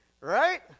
right